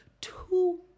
two